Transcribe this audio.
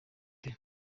ute